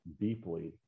deeply